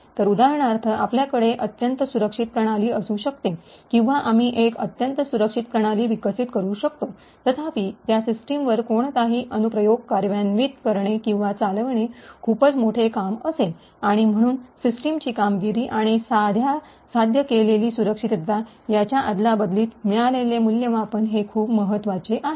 तर उदाहरणार्थ आपल्याकडे अत्यंत सुरक्षित प्रणाली असू शकते किंवा आम्ही एक अत्यंत सुरक्षित प्रणाली विकसित करू शकतो तथापि त्या सिस्टमवर कोणताही अनुप्रयोग कार्यान्वित करणे किंवा चालविणे खूपच मोठे काम असेल आणि म्हणून सिस्टमची कामगिरी आणि साध्य केलेली सुरक्षितता याच्या अदला -बदलीत मिळालेले मूल्यमापन हे खूप महत्वाचे आहे